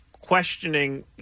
questioning